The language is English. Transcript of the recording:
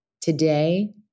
Today